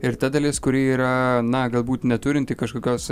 ir ta dalis kuri yra na galbūt neturinti kažkokios